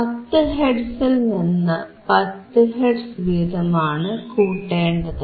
10 ഹെർട്സിൽനിന്ന് 10 ഹെർട്സ് വീതമാണ് കൂട്ടേണ്ടത്